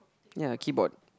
ya keyboard